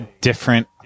different